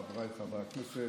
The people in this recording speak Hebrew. חבריי חברי הכנסת,